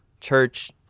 church